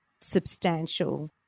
substantial